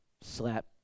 slap